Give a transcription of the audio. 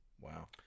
Wow